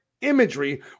imagery